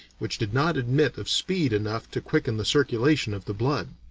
which did not admit of speed enough to quicken the circulation of the blood.